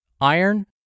iron